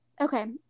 okay